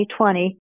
2020